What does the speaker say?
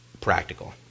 practical